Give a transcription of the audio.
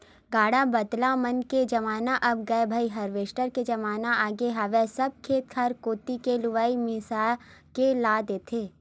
गाड़ा बदला मन के जमाना अब गय भाई हारवेस्टर के जमाना आगे हवय सब खेत खार कोती ही लुवा मिसा के लान देथे